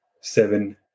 Seven